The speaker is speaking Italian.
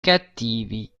cattivi